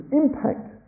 impact